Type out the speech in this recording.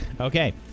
Okay